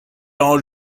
ans